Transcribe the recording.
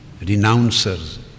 renouncers